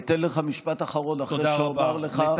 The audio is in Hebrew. אתן לך משפט אחרון, אחרי שאומר, תודה רבה.